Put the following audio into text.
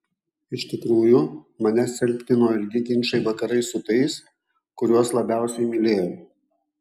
iš tikrųjų mane silpnino ilgi ginčai vakarais su tais kuriuos labiausiai mylėjau